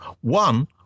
One